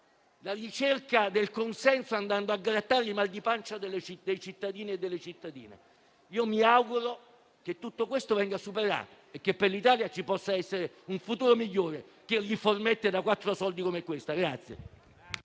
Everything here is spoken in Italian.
la ricerca del consenso andando a grattare i mal di pancia dei cittadini e delle cittadine. Mi auguro che tutto questo venga superato e che per l'Italia possa esserci un futuro migliore rispetto a riformette da quattro soldi come quella di